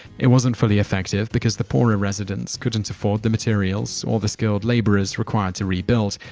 it wasn't fully effective because the poorer residents couldn't afford the materials or the skilled labourers required to rebuild.